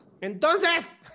¡Entonces